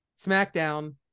Smackdown